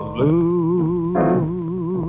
Blue